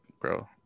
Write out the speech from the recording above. bro